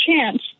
chance